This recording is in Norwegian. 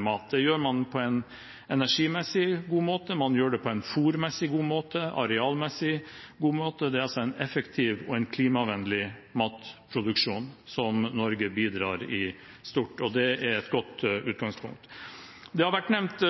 mat. Det gjør man på en energimessig god måte. Man gjør det på en fôrmessig og arealmessig god måte. Det er altså en effektiv og klimavennlig matproduksjon, som Norge bidrar stort til. Det er et godt utgangspunkt. Det har vært nevnt